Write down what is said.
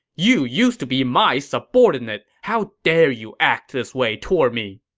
you used to be my subordinate. how dare you act this way toward me!